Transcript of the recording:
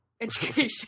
education